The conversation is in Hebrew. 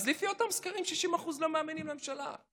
אז לפי אותם סקרים 60% לא מאמינים לממשלה.